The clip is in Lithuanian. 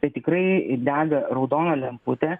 tai tikrai dega raudona lemputė